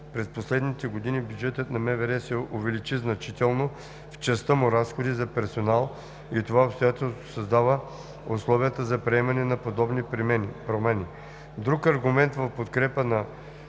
През последните години бюджетът на МВР се увеличи значително в частта му разходи за персонал и това обстоятелство създава условията за приемането на подобни промени. Друг аргумент в подкрепа на